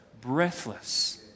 breathless